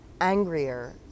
angrier